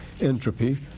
entropy